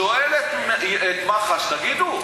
שואל את מח"ש: תגידו,